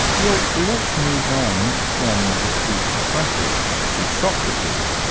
well let's move on from the pre-socratics to socrates.